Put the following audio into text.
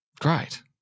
Great